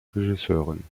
regisseurin